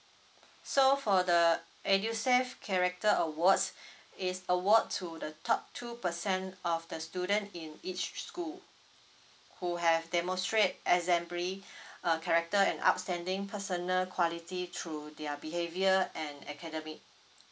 so for the edusave character awards it's award to the top two percent of the student in each school who have demonstrate exemplary uh character and outstanding personal quality through their behaviour and academic